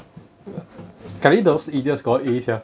sekali those idiots got A sia